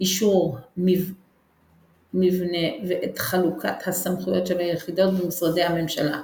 אישור מבנה ואת חלוקת הסמכויות של היחידות במשרדי הממשלה.